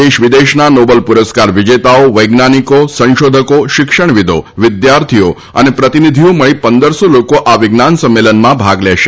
દેશ વિદેશના નોબેલ પુરસ્કાર વિજેતાઓ વૈજ્ઞાનિકો સંશોધકો શિક્ષણ વિદો વિદ્યાર્થીઓ અને પ્રતિનિધિઓ મળી પંદરસો લોકો આ વિજ્ઞાન સંમેલનમાં ભાગ લેશે